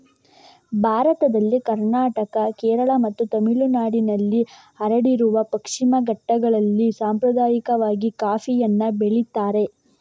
ಭಾರತದಲ್ಲಿ ಕರ್ನಾಟಕ, ಕೇರಳ ಮತ್ತು ತಮಿಳುನಾಡಿನಲ್ಲಿ ಹರಡಿರುವ ಪಶ್ಚಿಮ ಘಟ್ಟಗಳಲ್ಲಿ ಸಾಂಪ್ರದಾಯಿಕವಾಗಿ ಕಾಫಿಯನ್ನ ಬೆಳೀತಾರೆ